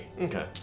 Okay